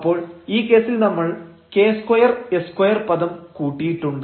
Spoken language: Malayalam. അപ്പോൾ ഈ കേസിൽ നമ്മൾ k2 s2 പദം കൂട്ടിയിട്ടുണ്ട്